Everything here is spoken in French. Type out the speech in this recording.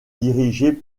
dirigée